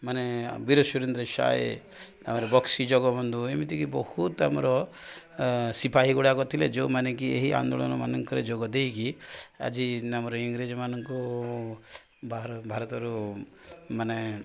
ମାନେ ବିରଜ ସୁରେନ୍ଦ୍ର ସାଏ ତାପରେ ବକ୍ସି ଜଗବନ୍ଧୁ ଏମିତିକି ବହୁତ ଆମର ସିପାହୀ ଗୁଡ଼ାକ ଥିଲେ ଯେଉଁମାନେ କି ଏହି ଆନ୍ଦୋଳନ ମାନଙ୍କରେ ଯୋଗ ଦେଇକି ଆଜି ଆମର ଇଂରେଜମାନାନଙ୍କୁ ବା ଭାରତରୁ ମାନେ